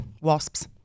wasps